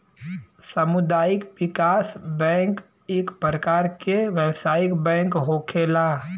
सामुदायिक विकास बैंक इक परकार के व्यवसायिक बैंक होखेला